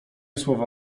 słowa